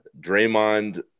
Draymond